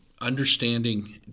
Understanding